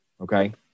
okay